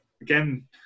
again